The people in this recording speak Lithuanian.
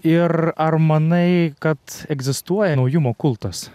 ir ar manai kad egzistuoja naujumo kultas